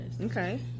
Okay